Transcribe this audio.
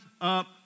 up